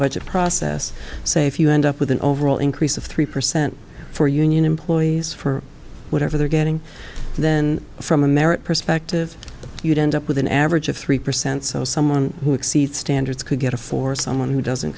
budget process say if you end up with an overall increase of three percent for union employees for whatever they're getting then from a merit perspective you'd end up with an average of three percent so someone who exceeds standards could get a for someone who doesn't